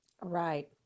Right